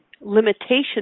limitation